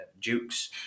Dukes